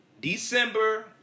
December